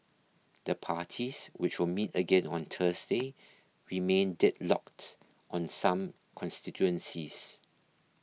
the parties which will meet again on Thursday remain deadlocked on some constituencies